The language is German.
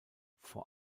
vor